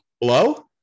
Hello